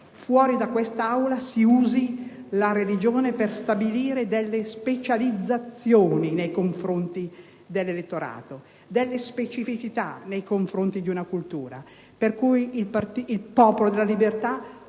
fuori di qui si usi la religione per stabilire specializzazioni nei confronti dell'elettorato e specificità nei confronti di una cultura. Il Popolo della Libertà